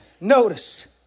Notice